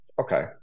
Okay